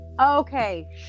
Okay